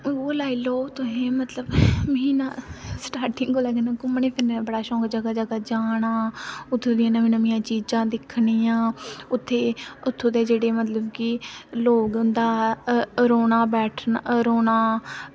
ओह् लाई लाओ तुसै मतलब मिगी ना स्टार्टिंग दा गै घम्मनै फिरने दा शौक जगह जगह जाने दा घुम्मनै दा उत्थें दि'यां नमीं नमीं चीजां दिक्खनियां उत्थें दे जेह्ड़े मतलब की लोग उंदा बैठना रौह्ना